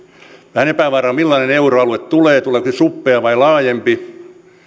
vähän epävarmaa millainen euroalue tulee tuleeko suppea vai laajempi